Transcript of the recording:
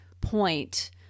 point